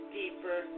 deeper